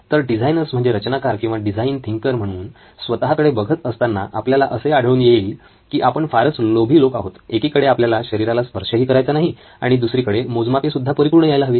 तर डिझायनर्स म्हणजेच रचनाकार किंवा डिझाईन थिंकर म्हणून स्वतःकडे बघत असताना आपल्याला असे आढळून येईल की आपण फारच लोभी लोक आहोत एकीकडे आपल्याला शरीराला स्पर्शही करायचा नाही आणि दुसरीकडे मोजमापे सुद्धा परिपूर्ण यायला हवीत